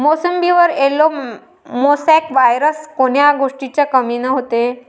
मोसंबीवर yellow mosaic virus कोन्या गोष्टीच्या कमीनं होते?